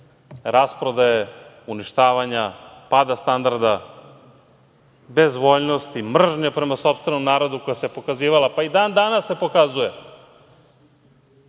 rasprodaje, uništavanja, pada standarda, bezvoljnosti, mržnje prema sopstvenom narodu koja se pokazivala, pa i dan danas se pokazuje. Spakovao